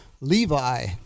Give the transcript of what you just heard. Levi